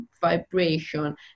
vibration